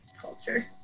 culture